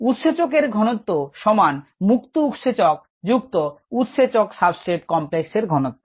উৎসেচক এর ঘনত্ব সমান মুক্ত উৎসেচক যুক্ত উৎসেচক সাবস্ট্রেট কমপ্লেক্সের ঘনত্ব